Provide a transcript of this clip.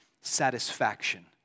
satisfaction